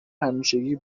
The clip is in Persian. همیشگی